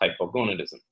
hypogonadism